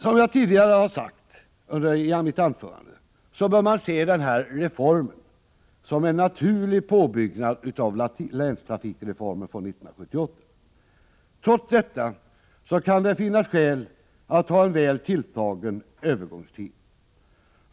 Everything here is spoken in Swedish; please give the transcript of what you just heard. Som jag tidigare i mitt anförande har sagt bör man se den här reformen som en naturlig påbyggnad på länstrafikreformen från 1978. Trots detta kan det finnas skäl att ha en väl tilltagen övergångstid.